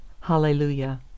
Hallelujah